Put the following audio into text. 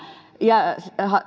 ja